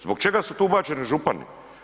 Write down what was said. Zbog čega su tu ubačeni župani?